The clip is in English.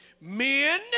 Men